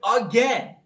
again